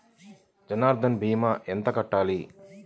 జన్ధన్ భీమా ఎంత కట్టాలి?